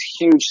huge